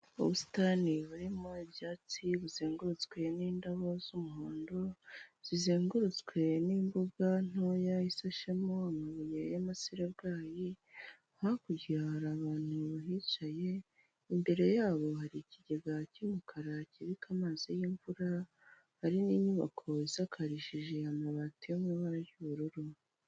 Ubusitani burimo ibyatsi buzengurutswe n'indabo z'umuhondo, zizengurutswe n'imbuga ntoya isashemo amabuye y'amaserebwayi, hakurya hari abantu bicaye imbere yabo hari ikigega cy'umukara kibika amazi y'imvura, hari n'inyubako zakarishije amabati y'ibara ry'ubururu.